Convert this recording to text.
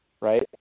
Right